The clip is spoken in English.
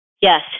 Yes